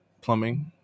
plumbing